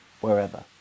wherever